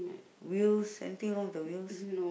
wheels anything wrong with the wheels